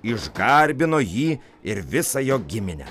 iš garbino jį ir visą jo giminę